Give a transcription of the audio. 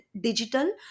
digital